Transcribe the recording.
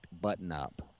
button-up